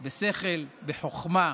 בשכל, בחוכמה,